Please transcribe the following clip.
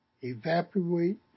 evaporate